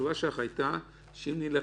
--- התשובה שלך הייתה שאם נלך